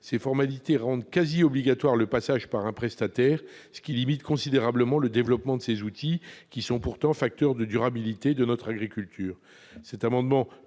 Ces formalités rendent quasi obligatoire le passage par un prestataire, ce qui limite considérablement le développement de ces outils, qui sont pourtant facteur de durabilité de notre agriculture.